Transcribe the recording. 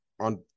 on